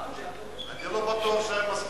אני לא בטוח שהם מסכימים.